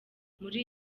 muri